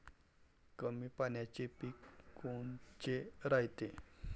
कमी पाण्याचे पीक कोनचे रायते?